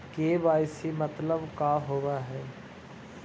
KYC मतलब का होव हइ?